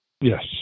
Yes